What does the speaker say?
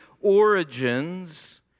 origins